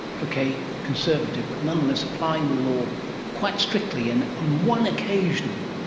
okay, conservative, but nonetheless applying the law quite strictly, and on one occasion,